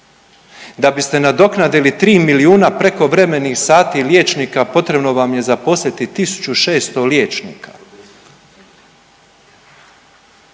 DA biste nadoknadili tri milijuna prekovremenih sati liječnika potrebno vam je zaposliti 1.600 liječnika.